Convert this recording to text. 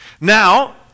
Now